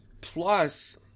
Plus